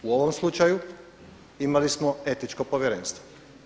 U ovom slučaju imali smo Etičko povjerenstvo.